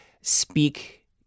speak